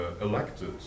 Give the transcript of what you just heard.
elected